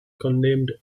condemned